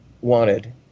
wanted